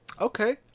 Okay